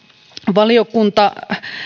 valiokunta